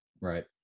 Right